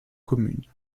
communes